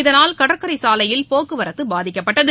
இதனால் கடற்கரை சாலையில் போக்குவரத்து பாதிக்கப்பட்டது